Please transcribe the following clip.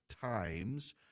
Times